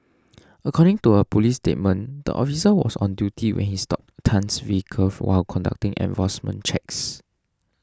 according to a police statement the officer was on duty when he stopped Tan's vehicle while conducting enforcement checks